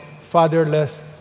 fatherless